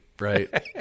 right